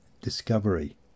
discovery